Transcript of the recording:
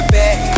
back